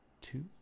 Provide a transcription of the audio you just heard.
two